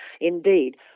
indeed